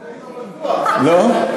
איפה, זה כבר בטוח, לא?